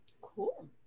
Cool